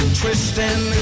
twisting